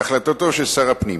החלטתו של שר הפנים,